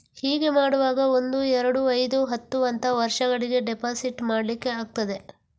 ಹೀಗೆ ಮಾಡುವಾಗ ಒಂದು, ಎರಡು, ಐದು, ಹತ್ತು ಅಂತ ವರ್ಷಗಳಿಗೆ ಡೆಪಾಸಿಟ್ ಮಾಡ್ಲಿಕ್ಕೆ ಆಗ್ತದೆ